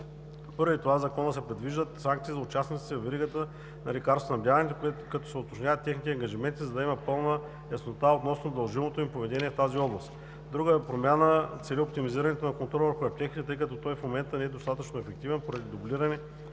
Поради това в Закона се предвиждат санкции за участниците във веригата на лекарствоснабдяването, като се уточняват и техните ангажименти, за да има пълна яснота относно дължимото им поведение в тази област. Друга промяна цели оптимизиране на контрола върху аптеките, тъй като той в момента не е достатъчно ефективен поради дублиране